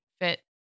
fit